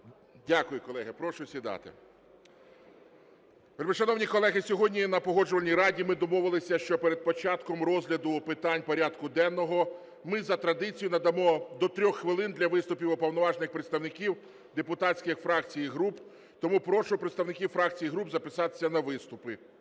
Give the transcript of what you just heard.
Дякую, колеги. Прошу сідати. Вельмишановні колеги, сьогодні на Погоджувальній раді ми домовилися, що перед початком розгляду питань порядку денного ми за традицією надамо до трьох хвилин для виступів уповноважених представників депутатських фракцій і груп. Тому прошу представників фракцій і груп записатися на виступи.